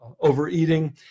overeating